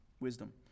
Wisdom